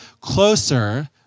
closer